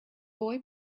boy